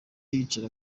yicara